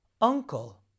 Uncle